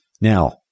Now